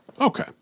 Okay